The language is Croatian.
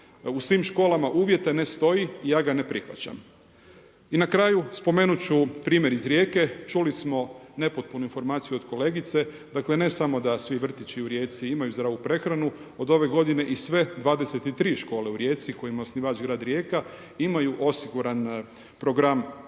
u svim školama uvijete ne stoji i ja ga ne prihvaćam. I na kraju spomenut ću primjer iz Rijeke, čuli smo nepotpunu informaciju od kolegice, dakle ne samo da svi vrtići u Rijeci imaju zdravu prehranu, od ove godine i sve 23 škole u Rijeci kojima je osnivač grad Rijeka, imaju osiguran program zdrave